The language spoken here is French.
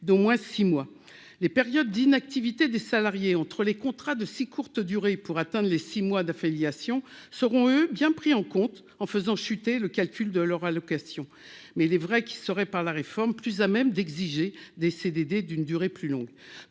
d'au moins 6 mois, les périodes d'inactivité des salariés entre les contrats de si courte durée pour atteindre les 6 mois de filiation seront eux bien pris en compte, en faisant chuter le calcul de leur allocation, mais il est vrai qu'il serait par la réforme, plus à même d'exiger des CDD d'une durée plus longue